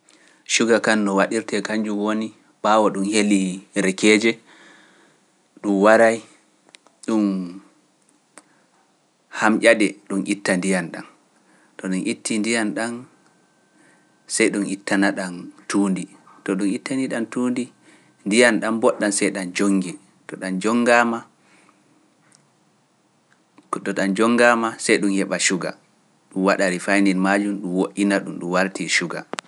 Suga kan no waɗirtee kanjum woni ɓaawa ɗum heli rekeeje ɗum waray ɗum hamƴa ɗe ɗum itta ndiyam ɗam to ɗum itti ndiyam ɗam sey ɗum ittana ɗam tuundi to ɗum ittani ɗam tuundi ndiyam ɗam mboɗɗam sey ɗam jonge to ɗam jongaama sey ɗum heɓa suga waɗari fayndi maajum ɗum woƴƴina ɗum ɗum warti suga.